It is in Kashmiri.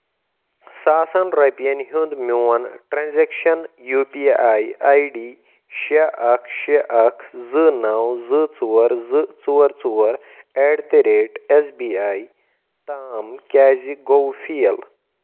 ساسن رۄپین ہُنٛد میون transaction U P I I D شےٚ اکھ شےٚ اکھ زٕ نو زٕ نو ژور زٕ ژور ژور at the rate S B A تام کیٛازِ گوٚو فیل ؟